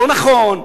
לא נכון,